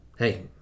Hey